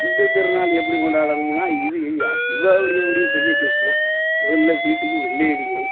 இந்த திருநாள் எப்படி கொண்டாடுவாங்கன்னா இது இ தீபாவளியை விட பெரிய கஷ்டம் முதல்ல வீட்டுக்கு வெள்ளை அடிக்கணும்